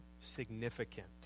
significant